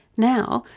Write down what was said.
now,